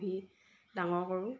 ডাঙৰ কৰোঁ